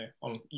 on